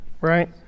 right